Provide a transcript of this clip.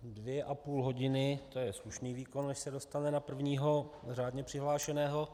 Dvě a půl hodiny, to je slušný výkon, než se dostane na prvního řádně přihlášeného.